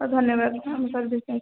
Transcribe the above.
ହଉ ଧନ୍ୟବାଦ ଆମ ସର୍ଭିସ ପାଇଁ